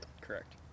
Correct